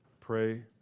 pray